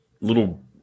little